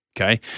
Okay